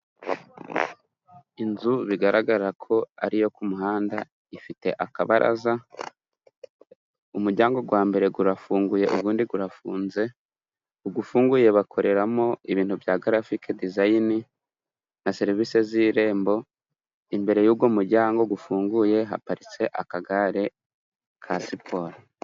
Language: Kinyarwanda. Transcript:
Inzu bigaragara ko ariyo ku muhanda, ifite akabaraza, umuryango wa mbere urafunguye uwundi urafunze, ugufunguye bakoreramo ibintu bya garafic dezayini na serivisi z'irembo, imbere y'uklwo muryango gufunguye haparitse akagare ka siporo.